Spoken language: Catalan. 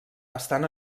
estan